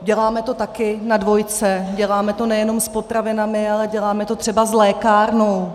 Děláme to taky na dvojce, děláme to nejenom s potravinami, ale děláme to třeba s lékárnou.